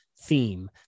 theme